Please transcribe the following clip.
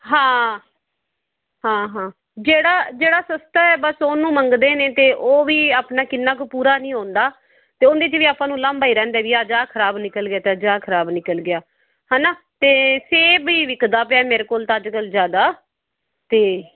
ਹਾਂ ਹਾਂ ਹਾਂ ਜਿਹੜਾ ਜਿਹੜਾ ਸਸਤਾ ਏ ਬਸ ਉਹਨੂੰ ਮੰਗਦੇ ਨੇ ਅਤੇ ਉਹ ਵੀ ਆਪਣਾ ਕਿੰਨਾ ਕੁ ਪੂਰਾ ਨਹੀਂ ਹੁੰਦਾ ਅਤੇ ਉਹਦੇ 'ਚ ਵੀ ਆਪਾਂ ਨੂੰ ਉਲਾਂਭਾ ਹੀ ਰਹਿੰਦਾ ਬਈ ਅੱਜ ਆਹ ਖ਼ਰਾਬ ਨਿਕਲ ਗਏ ਤਾਂ ਅੱਜ ਆ ਖ਼ਰਾਬ ਨਿਕਲ ਗਿਆ ਹੈ ਨਾ ਅਤੇ ਸੇਬ ਹੀ ਵਿਕਦਾ ਪਿਆ ਮੇਰੇ ਕੋਲ ਤਾਂ ਅੱਜ ਕੱਲ੍ਹ ਜ਼ਿਆਦਾ ਅਤੇ